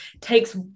takes